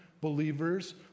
believers